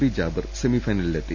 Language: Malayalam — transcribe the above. P Jabir semi ഫൈനലിലെത്തി